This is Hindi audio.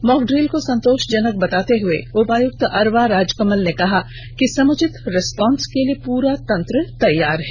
मॉक ड्रिल को संतोषजनक बताते हुए उपायुक्त अरवा राजकमल ने कहा कि समुचित रिस्पांस के लिए पूरा तंत्र तैयार है